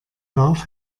darf